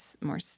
more